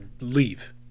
leave